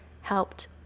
helped